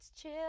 chill